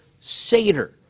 Seder